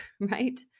right